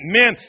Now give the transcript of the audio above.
men